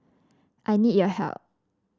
I need your help